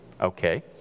Okay